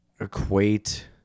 equate